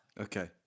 Okay